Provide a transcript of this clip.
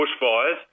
bushfires